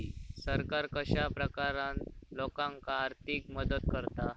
सरकार कश्या प्रकारान लोकांक आर्थिक मदत करता?